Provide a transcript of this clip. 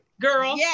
girl